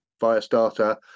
Firestarter